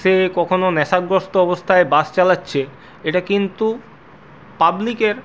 সে কখনও নেশাগ্রস্ত অবস্থায় বাস চালাচ্ছে এটা কিন্তু পাবলিকের